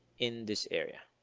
in this area.